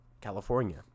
California